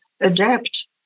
adapt